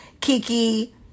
Kiki